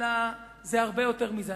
אלא זה הרבה יותר מזה.